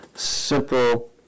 simple